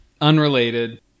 unrelated